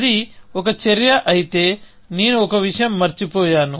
అది ఒక చర్య అయితే నేను ఒక విషయం మర్చిపోయాను